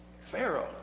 Pharaoh